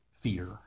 fear